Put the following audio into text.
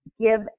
give